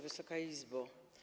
Wysoka Izbo!